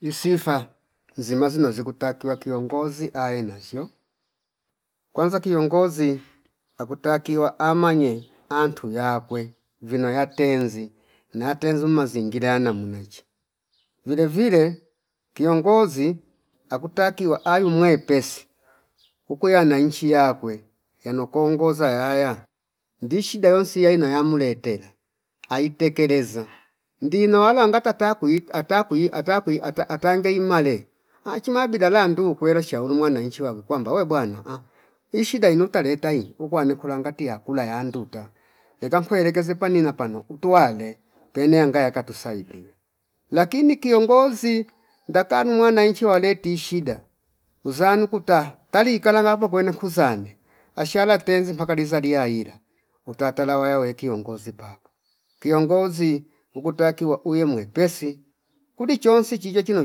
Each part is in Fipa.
Isifa zima zino zikutakiwa kiongozi awe nazo kwanz kiongozi akutwakiwa amanye antu yakwe vino yatenzi nayatenzu mazingila yana munacha vile vile kiongozi akutakiwa ayo mwepesi ukuya na nchi yakwe yano kuongoza yaya ndi shida yonsi yai na ya mletela aitekeleza ndino wala ngata takui atakui- atakui ata- atangeimale achuma bila landu ukwere shauri mwanchi walu kwamba we bwana hii shida inuta leta hi ukuwane kulangiti yakula yanduta yata mkwelekeze panina pano utuwale pene yanga yaka tusaidia lakini kiongozi ndatalu mwananchi waleti shida uzanu kuta kali ikalala pono kuzanye ashala tenze paka dizalia ila utatala waya weke kiongozi papo. Kiongozi ukutakiwa uwe mwepesi kuli chonsi chiche chino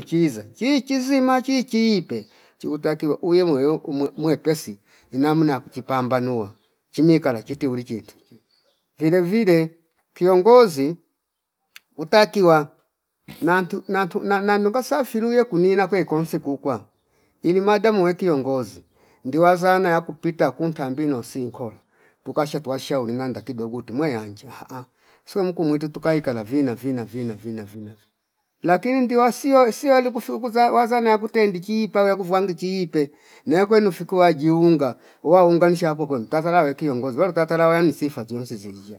chiza si chizi machi kiipe chikutakiwa uwe mweyo umwe mwepesi inamna ya kujipambanua chimi kala chiti ulichintu chi vile vile kiongozi utakiwa nantu- nantu na- nanunga safiruye kunina kwekosni kuukwa ili mada uwe kiongzoi ndiwa zana yakupita ku ntambino si nkola tukasha tuwashauri nanda kidogo ti mweyanji ahh sio mkumwitu tukaila vina- vina- vina- vinavi lakini ndi wasiyo siyo ali kufukuza waza naya kutendi kiipa yakuvwangi chipe naya kwenu fiku wajiunga uwa unganisha apo kwenu tazala awe kiongozi we utatara wayu sifa zionsi zizyo